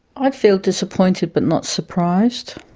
i'd feel disappointed but not surprised.